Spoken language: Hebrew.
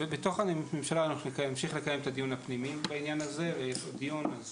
ובתוך הממשלה נמשיך לקיים את הדיון הפנימי בעניין הזה ולעשות דיון.